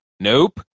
Nope